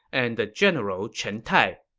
and the general chen tai.